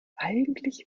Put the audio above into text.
eigentlich